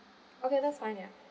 okay that's fine ya